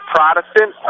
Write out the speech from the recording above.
Protestant